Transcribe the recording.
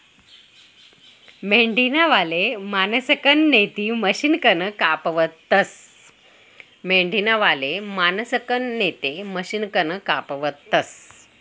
मेंढीना बाले माणसंसकन नैते मशिनकन कापावतस